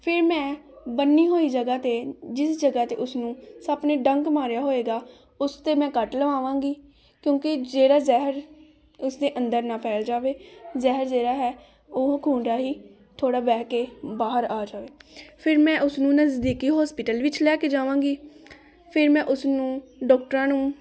ਫਿਰ ਮੈਂ ਬੰਨੀ ਹੋਈ ਜਗ੍ਹਾ 'ਤੇ ਜਿਸ ਜਗ੍ਹਾ 'ਤੇ ਉਸਨੂੰ ਸੱਪ ਨੇ ਡੰਗ ਮਾਰਿਆ ਹੋਏਗਾ ਉਸ 'ਤੇ ਮੈਂ ਕੱਟ ਲਗਾਵਾਂਗੀ ਕਿਉਂਕਿ ਜਿਹੜਾ ਜ਼ਹਿਰ ਇਸ ਦੇ ਅੰਦਰ ਨਾ ਫੈਲ ਜਾਵੇ ਜ਼ਹਿਰ ਜਿਹੜਾ ਹੈ ਉਹ ਖੂਨ ਰਾਹੀਂ ਥੋੜ੍ਹਾ ਵਹਿ ਕੇ ਬਾਹਰ ਆ ਜਾਵੇ ਫਿਰ ਮੈਂ ਉਸਨੂੰ ਨਜ਼ਦੀਕੀ ਹੋਸਪੀਟਲ ਵਿੱਚ ਲੈ ਕੇ ਜਾਵਾਂਗੀ ਫਿਰ ਮੈਂ ਉਸਨੂੰ ਡੋਕਟਰਾਂ ਨੂੰ